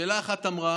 שאלה 1 אמרה: